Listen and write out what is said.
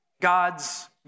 God's